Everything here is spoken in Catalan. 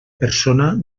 persona